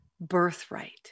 birthright